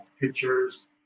pictures